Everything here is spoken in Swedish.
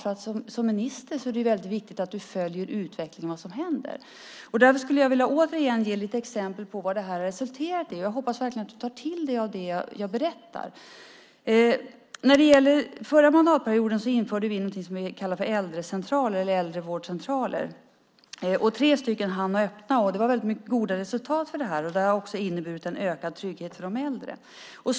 För en minister är det väldigt viktigt att följa utvecklingen och se vad som händer. Därför skulle jag återigen vilja ge några exempel på vad här har resulterat i, och jag hoppas verkligen att ministern tar till sig av det jag berättar. Under den förra mandatperioden införde vi någonting som vi kallade för äldrecentraler eller äldrevårdcentraler. Tre hann öppna, och det fanns väldigt mycket goda resultat från detta. Det har också inneburit en ökad trygghet för de äldre.